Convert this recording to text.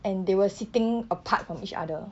and they were sitting apart from each other